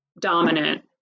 dominant